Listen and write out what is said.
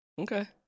okay